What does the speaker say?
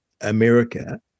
America